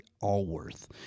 Allworth